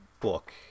book